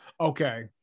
Okay